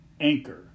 Anchor